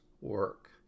work